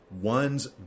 one's